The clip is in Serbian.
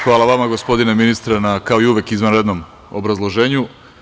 Hvala vama gospodine ministre, kao i uvek na izvanrednom obrazloženju.